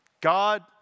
God